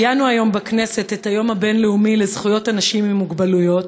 ציינו היום בכנסת את היום הבין-לאומי לזכויות אנשים עם מוגבלות,